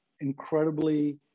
incredibly